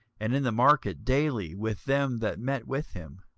and in the market daily with them that met with him.